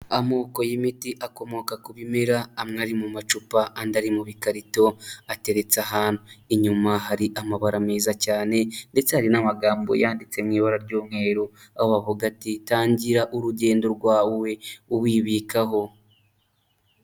Amoko y'imiti akomoka ku bimera amwe ari mu macupa andi ari mu bikarito ateretse ahantu, inyuma hari amabara meza cyane ndetse hari n'amagambo yanditse mu ibara ry'umweru aho bavuga ati "tangira urugendo rwawe we uwibikaho."